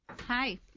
Hi